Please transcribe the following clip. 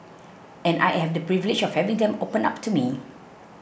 and I have the privilege of having them open up to me